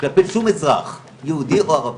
כלפי שום אזרח, יהודי או ערבי,